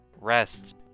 rest